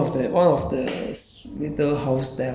orchard central yeah so we went there and then